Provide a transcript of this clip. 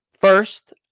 First